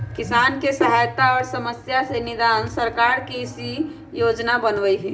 किसानके सहायता आ समस्या से निदान लेल सरकार कृषि योजना बनय छइ